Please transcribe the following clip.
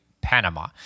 Panama